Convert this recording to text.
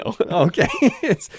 Okay